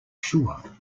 sure